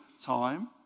time